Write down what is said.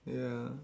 ya